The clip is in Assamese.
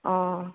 অঁ